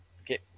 Okay